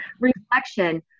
reflection